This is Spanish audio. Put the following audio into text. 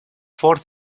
ford